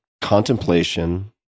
contemplation